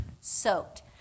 soaked